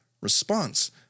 Response